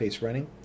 running